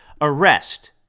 arrest